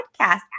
podcast